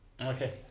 Okay